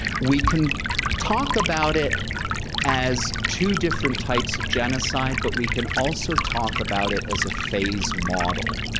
we can talk about it as two different types of genocide, but we can also talk about it as a phase model,